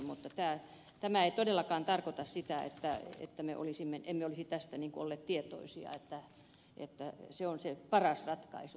mutta tämä ei todellakaan tarkoita sitä että me emme olisi tästä olleet tietoisia että kokonaan tarveharkinnasta luopuminen on se paras ratkaisu